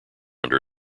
under